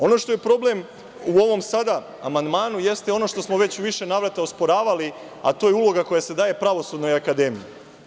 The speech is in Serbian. Ono što je problem u ovom sada amandmanu jeste ono što smo već u više navrata osporavali, a to je uloga koja se daje Pravosudnoj akademiji.